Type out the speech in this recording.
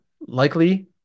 likely